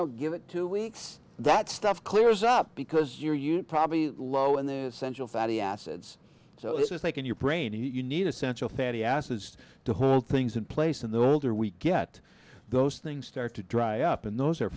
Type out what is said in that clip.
know give it two weeks that stuff clears up because you're you're probably low in the central fatty acids so this is like in your brain and you need essential fatty acids to hold things in place and the older we get those things start to dry up and those are